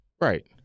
right